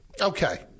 Okay